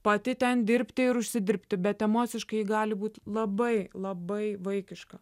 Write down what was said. pati ten dirbti ir užsidirbti bet emociškai ji gali būti labai labai vaikiška